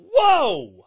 Whoa